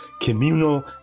communal